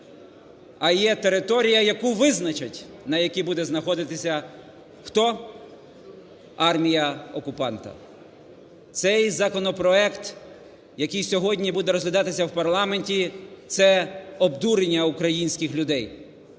а є територія, яку визначать, на якій буде заходитися - хто? - армія окупанта. Цей законопроект, який сьогодні буде розглядатися в парламенті, це –обдурення українських людей.